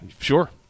sure